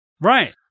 right